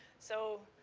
so,